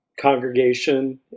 congregation